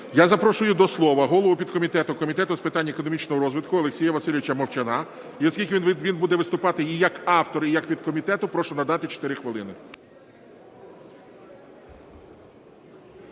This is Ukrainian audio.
Я запрошую до слова голову підкомітету Комітету з питань економічного розвитку Олексія Васильовича Мовчана. І оскільки він буде виступати і як автор, і як від комітету, прошу надати 4 хвилини.